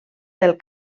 del